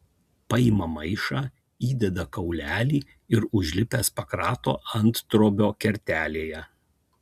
paima maišą įdeda kaulelį ir užlipęs pakrato anttrobio kertelėje